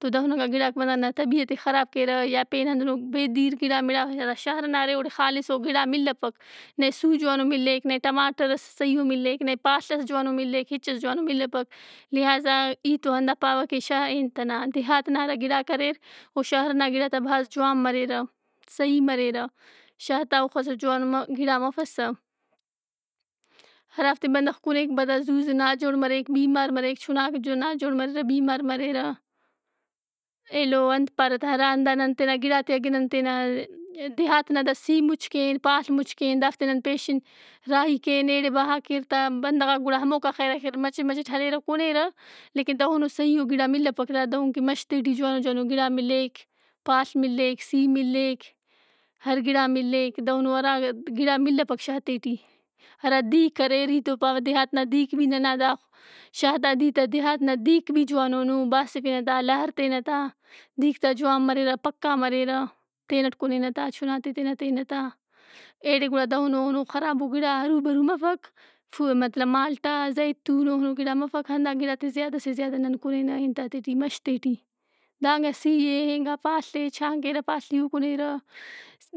تو دہننگا گِڑاک بندغ نا طبیعت ئے خراب کیرہ یا پین ہندنو بیدِیر گِڑا مِڑا یا دا شار ئنا ارے اوڑے خالصو گِڑا ملّپک۔ نئے سُو جوانو ملّک۔ نئے ٹماٹرس صحیحئو ملّک۔ نئے پاڷ ئس جوانو ملّک۔ ہچس جوانو ملّپک۔ لہٰذا ای تو ہنّا پاوہ کہ شا-- ئےانت ئنا دیہات نا ہرا گِڑاک اریر۔ اوشار نا گِڑات آ بھاز جوان مریرہ۔ صحیح مریرہ۔ شارتا اوخسو جوانو گِڑا مفسہ۔ ہرافتے بندغ کُنیک پدا زُو زُو ناجوڑ مریک، بیمار مریک۔ چُناک ناجوڑ مریرہ، بیمارمریرہ۔ ایلو انت پارہ تہ، ہرا ہندا نن تینا گِڑات ئے اگہ نن تینا دیہات نا دا سی مُچ کین، پاڷ مُچ کین، دافتے نن پیشن راہی کین، ایڑے بہا کیر تا، بندغاک گُڑا ہموکا خے--آخر مچہ مچٹ ہلیرہ کُنیرہ لیکن دہنو صحیحئو گِڑا ملپک ہرا دہنکہ مشتے ٹی جوانو جوانو گِڑا ملّک، پاڷ ملک سی ملّک۔ ہر گَڑا ملِّک۔ دہندو ہرا گِڑا ملپک شار تے ٹی۔ ہرا دِیرک اریر۔ ای تو پاوہ دیہات نا دِیرک بھی ننا دا شارتا دِیرتا دیہات نا دِیرک بھی جوانون او۔ باسِفنہ تا۔ لارتینہ تا۔ دِیرک تا جوان مریرہ۔ پکّا مریرہ۔ تینٹ کُنینہ تا، چُنات ئے تینا تینہ تا۔ ایڑے گُڑا دہنونو خرابو گِڑا ارُو برُو مفک۔ فُوآ-- مطلب مالٹا، زیتون اوہنو گِڑا مفک۔ ہنّا گِڑا تے زیادہ سے زیادہ نن کُنینہ انتاتے ٹی مش تے ٹی۔ دانگان سی اے اینگان پاڷ اے۔ چاں کیرہ پالیئو کُنیرہ۔